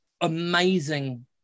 Amazing